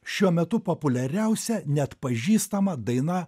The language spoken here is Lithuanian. šiuo metu populiariausia neatpažįstama daina